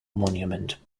monument